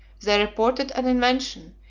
they retorted an invention,